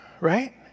right